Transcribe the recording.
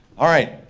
all right,